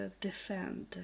defend